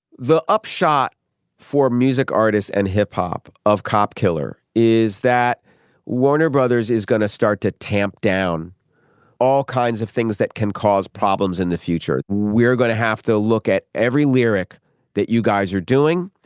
the upshot for music artists and hip-hop of cop killer is that warner brothers is going to start to tamp down all kinds of things that can cause problems in the future. we're going to have to look at every lyric that you guys are doing.